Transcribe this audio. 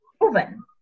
proven